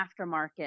aftermarket